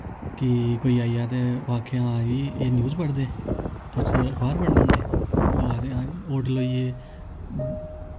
की कोई आई जा ते ओह् आखै हां जी एह् न्यूज पढ़दे तुस अखबार पढ़ने होन्ने लोक आखदे हां जी होटल होई गे